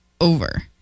over